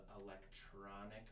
electronic